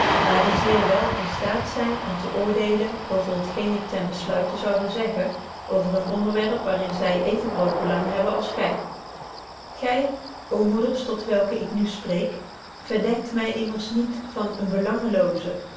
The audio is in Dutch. maar die zeer wel in staat zyn om te oordeelen over het geen ik ten besluite zoude zeggen over een onderwerp waar in zy even groot belang hebben als gy gy ô moeders tot welke ik nu spreek verdenkt my immers niet van eene belangelooze